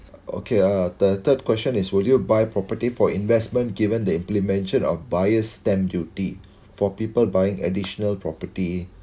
okay uh the third question is will you buy property for investment given the implementation of buyer's stamp duty for people buying additional property